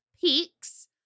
Peaks